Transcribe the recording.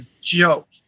joke